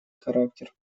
характер